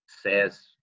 says